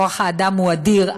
כוח האדם הוא אדיר,